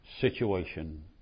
situation